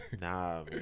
Nah